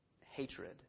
hatred